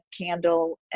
candle